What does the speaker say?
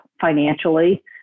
financially